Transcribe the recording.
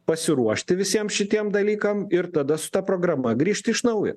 pasiruošti visiem šitiem dalykam ir tada su ta programa grįžti iš naujo